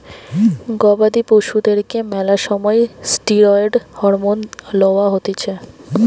গবাদি পশুদেরকে ম্যালা সময় ষ্টিরৈড হরমোন লওয়া হতিছে